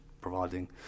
providing